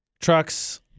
Trucks